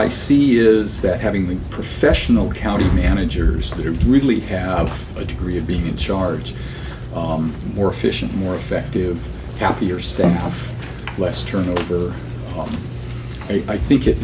i see is that having the professional county managers there really have a degree of being in charge more efficient more effective happier staff less turnover i think it